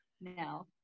now